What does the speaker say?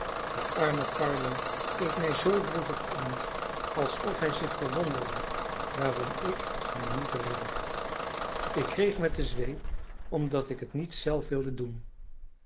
de arme carlo keek mij zoo droevig aan alsof hij zich verwonderde waarom ik hem niet redde ik kreeg met de zweep omdat ik het niet zelf wilde doen